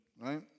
right